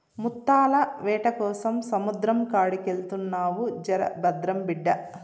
ముత్తాల వేటకోసం సముద్రం కాడికెళ్తున్నావు జర భద్రం బిడ్డా